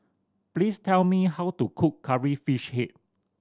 please tell me how to cook Curry Fish Head